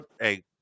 Hey